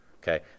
Okay